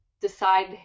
decide